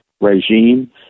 regime